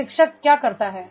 प्रशिक्षक क्या करता है